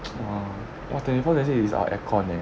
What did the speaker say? !wah! !wah! twenty four twenty six is our aircon leh